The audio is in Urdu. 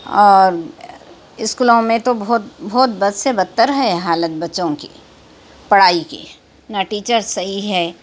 اور اسکولوں میں تو بہت بہت بد سے بدتر ہے حالت بچّوں کی پڑھائی کی نہ ٹیچرس صحیح ہے